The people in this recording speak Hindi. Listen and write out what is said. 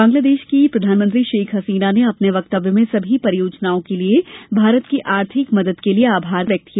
बांग्लादेश की प्रधानमंत्री शेख हसीना ने अपने वक्तव्य में सभी परियोजनाओं के लिए भारत की आर्थिक मदद के लिए आभार व्यक्त किया